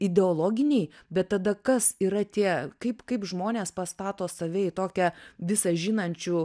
ideologiniai bet tada kas yra tie kaip kaip žmonės pastato save į tokią visa žinančių